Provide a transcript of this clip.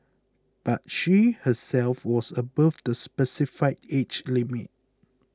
but she herself was above the specified age limit